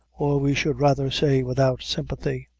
or, we should rather say, without sympathy.